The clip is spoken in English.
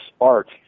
art